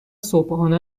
صبحانه